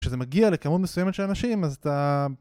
כשאתה מגיע לכמות מסוימת של אנשים אז אתה...